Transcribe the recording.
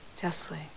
Justly